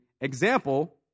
Example